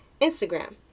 Instagram